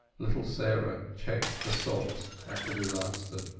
little sarah checked her sobs at the disaster.